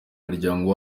muryango